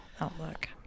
outlook